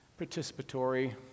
participatory